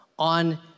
on